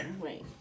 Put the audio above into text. Right